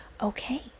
Okay